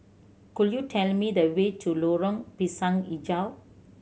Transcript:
could you tell me the way to Lorong Pisang Hijau